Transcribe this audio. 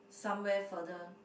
somewhere further